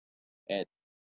at